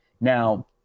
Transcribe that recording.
Now